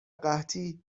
قحطی